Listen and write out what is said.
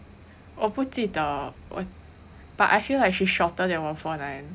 我不记得 but I feel like she's shorter than one four nine